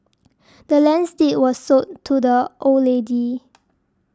the land's deed was sold to the old lady